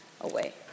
away